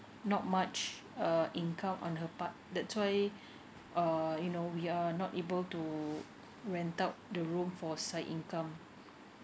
not much uh income on her part that's why uh you know we are not able to rent out the room for side income